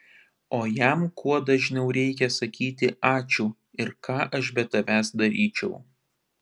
o jam kuo dažniau reikia sakyti ačiū ir ką aš be tavęs daryčiau